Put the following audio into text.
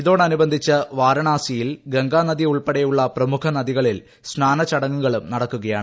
ഇതോടനുബന്ധിച്ച് വാരണാസിയിൽ ഗംഗാനദി ഉൾപ്പെടെയുള്ള പ്രമുഖ നദികളിൽ സ്നാന ചടങ്ങുകളും നടക്കുകയാണ്